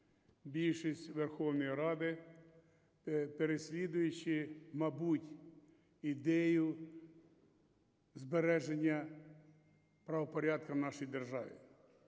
більшість у Верховній Раді, переслідуючи, мабуть, ідею збереження правопорядку в нашій державі.